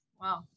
wow